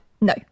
No